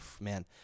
man